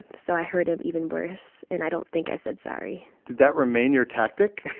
so i hurt him even worse. and i don't think i said sorry did that remain your tactic?